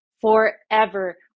forever